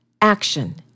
Action